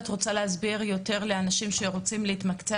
את רוצה להסביר לאנשים שרוצים להתמקצע